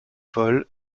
paul